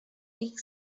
ich